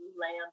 land